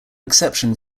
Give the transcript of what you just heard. exception